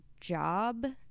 job